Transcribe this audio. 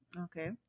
okay